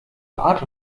art